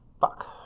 Fuck